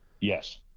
Yes